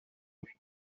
des